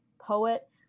poet